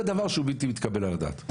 זה דבר שהוא בלתי מתקבל על הדעת.